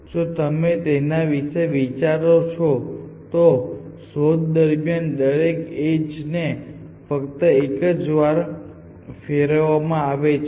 જો તમે તેના વિશે વિચારો છો તો શોધ દરમિયાન દરેક એજ ને ફક્ત એક જ વાર ફેરવવામાં આવે છે